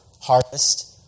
harvest